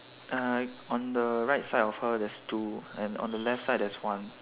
uh on the right side of her there's two and on the left side there's one